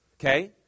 okay